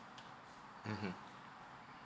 mmhmm